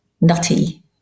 nutty